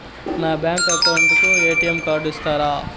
నా bank account కు ATM card ఇస్తారా